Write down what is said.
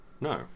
No